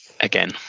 Again